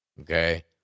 okay